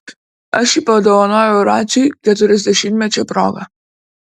aš jį padovanojau raciui keturiasdešimtmečio proga